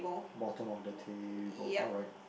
bottom of the table alright